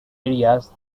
areas